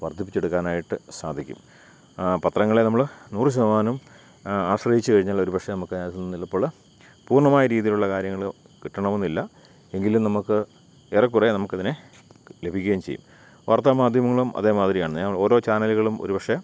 വർധിപ്പിച്ചെടുക്കാനായിട്ട് സാധിക്കും പത്രങ്ങളെ നമ്മൾ നൂറു ശതമാനവും ആശ്രയിച്ചുകഴിഞ്ഞാൽ ഒരുപക്ഷേ നമുക്ക് അതിനകത്തുനിന്ന് ചിലപ്പോൾ പൂർണമായ രീതിയിലുള്ള കാര്യങ്ങൾ കിട്ടണമെന്നില്ല എങ്കിലും നമുക്ക് ഏറെക്കുറെ നമുക്കതിനെ ലഭിക്കുകയും ചെയ്യും വാർത്താമാധ്യമങ്ങളും അതേമാതിരി തന്നെ നമ്മൾ ഓരോ ചാനലുകളും ഒരുപക്ഷേ